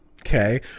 Okay